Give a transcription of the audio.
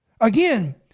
again